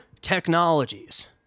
technologies